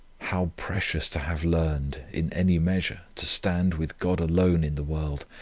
how precious to have learned in any measure to stand with god alone in the world,